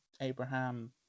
Abraham